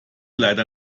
leider